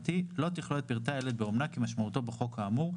לא תכלול את פרטי הילד באומנה כמשמעותו בחוק האמור,